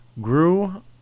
Grew